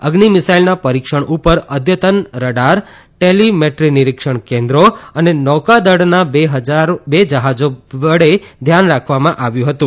અઝિ મિસાઇલના પરીક્ષણ ઉપર અદ્યતન લડાર ટેલી મેદ્રી નિરીક્ષણ કેન્દ્રો અને નૌકાદળના બે જહાજો વડે ધ્યાન રાખવામાં આવ્યું હતું